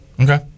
Okay